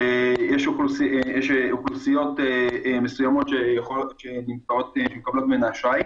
שיש אוכלוסיות מסוימות שמקבלות אשראי.